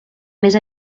més